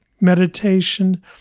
meditation